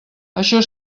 això